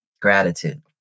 gratitude